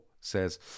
says